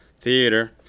theater